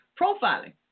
profiling